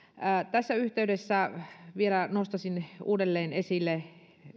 tässä yhteydessä nostaisin vielä uudelleen esille